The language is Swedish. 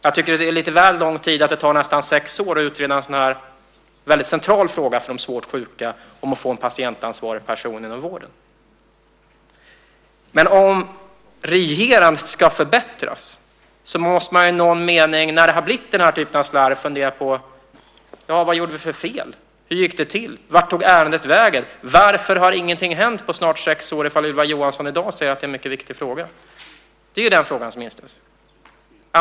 Jag tycker att det är lite väl lång tid att det tar nästan sex år att utreda en så här väldigt central fråga för de svårt sjuka, att få en patientansvarig person inom vården. Om regerandet ska förbättras måste man i någon mening, när den här typen av slarv har skett, fundera på: Vad gjorde vi för fel? Hur gick det till? Vart tog ärendet vägen? Varför har ingenting hänt på snart sex år om Ylva Johansson i dag säger att det är en mycket viktig fråga? Det är den frågan som inställer sig.